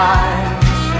eyes